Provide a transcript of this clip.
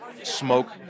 smoke